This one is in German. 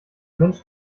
mensch